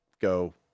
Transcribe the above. go